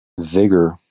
vigor